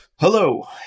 hello